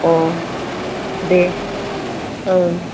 अह दे औ